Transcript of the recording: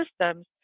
systems